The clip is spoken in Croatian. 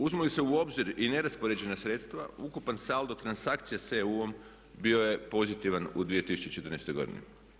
Uzmu li se u obzir i neraspoređena sredstva ukupan saldo transakcija s EU-om bio je pozitivan u 2014. godini.